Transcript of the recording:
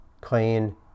clean